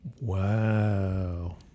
Wow